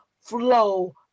flow